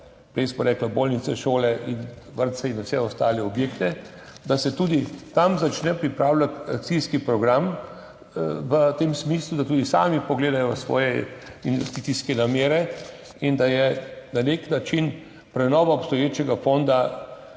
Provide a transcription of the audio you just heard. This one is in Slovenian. prej smo rekli bolnice, šole in vrtce in vse ostale objekte, da se tudi tam začne pripravljati akcijski program v tem smislu, da tudi sami pogledajo svoje investicijske namere in da ima na nek način prenova obstoječega fonda